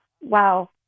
wow